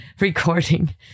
recording